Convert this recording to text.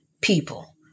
people